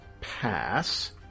pass